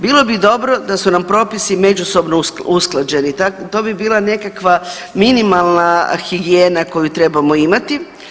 Bilo bi dobro da su nam propisi međusobno usklađeni, to bi bila nekakva minimalna higijena koju trebamo imati.